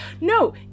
No